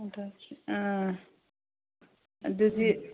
ꯑꯗꯨꯗꯤ